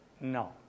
no